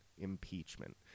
impeachment